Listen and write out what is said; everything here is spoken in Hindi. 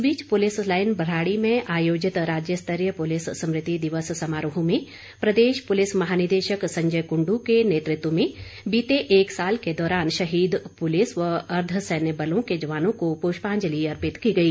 इस बीच पुलिस लाईन भराड़ी में आयोजित राज्य स्तरीय पुलिस स्मृति दिवस समारोह में प्रदेश पुलिस महानिदेशक संजय कुंडू के नेतृत्व में बीते एक साल के दौरान शहीद पुलिस व अर्धसैन्य बलों के जवानों को पुष्पांजलि अर्पित की गई